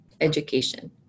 education